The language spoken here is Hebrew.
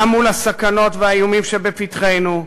גם מול הסכנות והאיומים שבפתחנו,